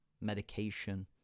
medication